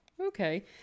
okay